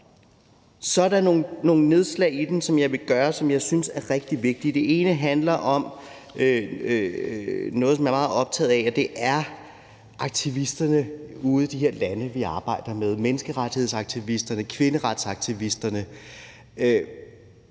Så har jeg nogle nedslag i den, som jeg vil pege på, og som jeg synes er rigtig vigtige. Det ene handler om noget, som jeg er meget optaget af, og det er aktivisterne ude i de her lande, som vi arbejder med – menneskerettighedsaktivisterne, kvinderetsaktivisterne,